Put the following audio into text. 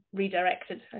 redirected